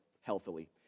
healthily